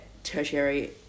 tertiary